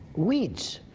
weeds.